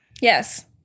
Yes